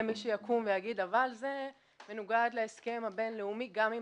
מי שיקום ויגיד "אבל זה מנוגד להסכם הבינלאומי" גם אם